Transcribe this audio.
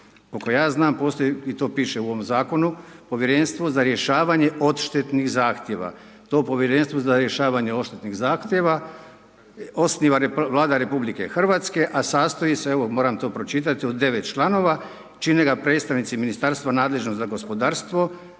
koliko ja znam postoji, i to piše u ovom zakonu, Povjerenstvo za rješavanje odštetnih zahtjeva. To Povjerenstvo za rješavanje odštetnih zahtjeva osniva Vlada Republike Hrvatske, a sastoji se, evo moram to pročitati od 9 članova, čine ga predstavnici ministarstva nadležnog za gospodarstvo,